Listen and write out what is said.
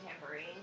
tambourine